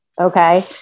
okay